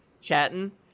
chatting